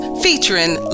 featuring